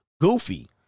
goofy